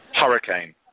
hurricane